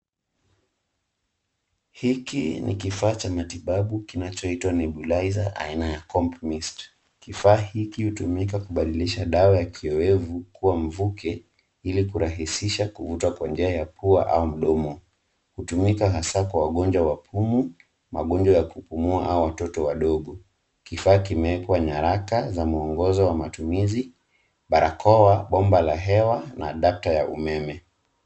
Hiki ni kifaa cha matitabu kinachoitwa Nebulizer aina ya CompMist. Kifaa hiki hutumika kubadilisha dawa ya kiowevu kuwa mvuke ilikurahisha kuvuta kwa njia ya pua au mdomo. Hutumika hasa kwa wagonjwa wa pumu, magonjwa ya kupumua au watoto wadogo. Kifaa kimeekwa nyaraka za muongozo wa matumizi, barakoa, bomba la hewa, na data ya umeme.